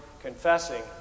confessing